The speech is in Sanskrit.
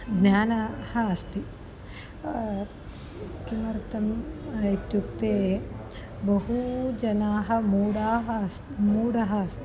ज्ञानम् अस्ति किमर्थम् इत्युक्ते बहवः जनाः मूढाः आसन् मूढः अस्ति